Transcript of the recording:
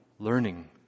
learning